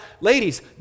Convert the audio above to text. ladies